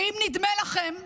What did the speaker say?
ואם נדמה לכם שחמאס,